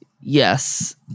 Yes